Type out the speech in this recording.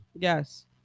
Yes